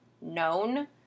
known